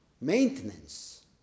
maintenance